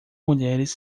mulheres